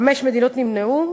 חמש מדינות נמנעו,